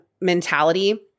mentality